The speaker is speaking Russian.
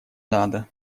надо